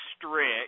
strict